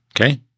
Okay